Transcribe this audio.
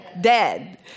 dead